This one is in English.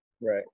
right